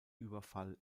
überfall